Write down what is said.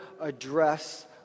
address